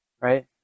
right